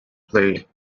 play